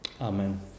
Amen